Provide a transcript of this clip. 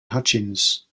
hutchins